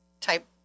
type